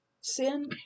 sin